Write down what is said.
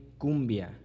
Cumbia